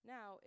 Now